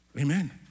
Amen